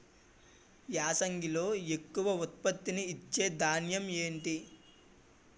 యాసంగిలో ఎక్కువ ఉత్పత్తిని ఇచే ధాన్యం ఏంటి?